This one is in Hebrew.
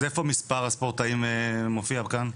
אז איפה מספר הספורטאים מופיע כאן?